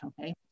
okay